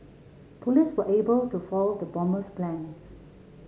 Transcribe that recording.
police were able to foil the bomber's plans